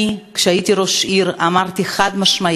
אני, כשהייתי ראש עיר אמרתי חד-משמעית: